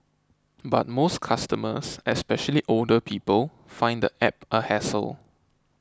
but most customers especially older people find the app a hassle